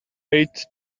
paid